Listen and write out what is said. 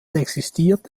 existierte